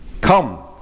come